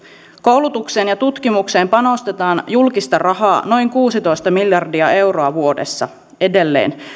koulutukseen ja tutkimukseen panostetaan julkista rahaa noin kuusitoista miljardia euroa vuodessa edelleen